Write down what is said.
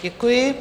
Děkuji.